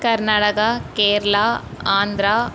Karnataka Kerala Andhra